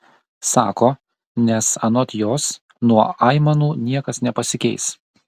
sako nes anot jos nuo aimanų niekas nepasikeis